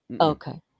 Okay